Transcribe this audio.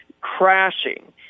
crashing